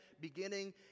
Beginning